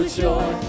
joy